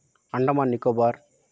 Andaman Nicobar